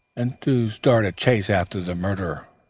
and to start a chase after the murderer.